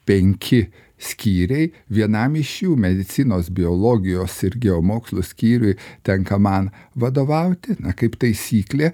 penki skyriai vienam iš jų medicinos biologijos ir geomokslų skyriui tenka man vadovauti kaip taisyklė